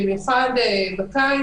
במיוחד בקיץ,